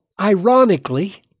ironically